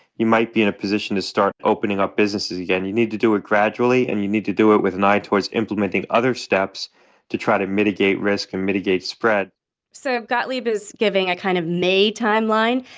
you might be in a position to start opening up businesses again. you need to do it gradually, and you need to do it with an eye towards implementing other steps to try to mitigate risk and mitigate spread so gottlieb is giving a kind of may timeline,